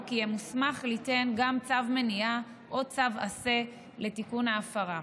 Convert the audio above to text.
יהיה מוסמך ליתן גם צו מניעה או צו עשה לתיקון ההפרה.